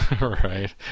right